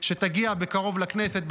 שתגיע בקרוב לכנסת,